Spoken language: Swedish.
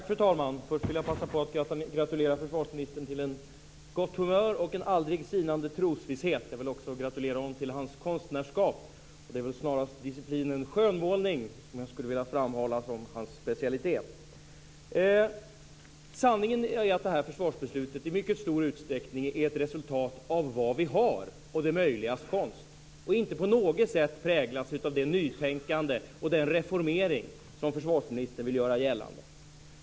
Fru talman! Först vill jag passa på att gratulera försvarsministern till ett gott humör och en aldrig sinande trosvisshet. Jag vill också gratulera honom till hans konstnärskap. Det är snarast disciplinen skönmålning som jag skulle vilja framhålla som hans specialitet. Sanningen är att detta fösvarsbeslut i mycket stor utsträckning är ett resultat av vad vi har och det möjligas konst och inte på något sätt präglas av det nytänkande och den reformering som försvarsministern vill göra gällande.